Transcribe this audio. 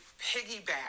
piggyback